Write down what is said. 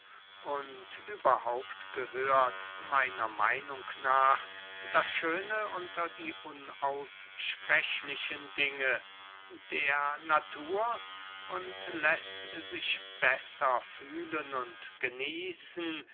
und überhaupt gehört meiner meinung nach das schöne unter die unaussprechlichen dinge der natur und läßt sich besser fühlen und genießen